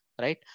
Right